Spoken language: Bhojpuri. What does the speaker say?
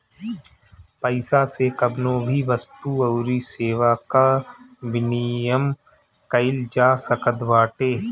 पईसा से कवनो भी वस्तु अउरी सेवा कअ विनिमय कईल जा सकत बाटे